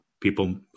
people